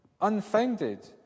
unfounded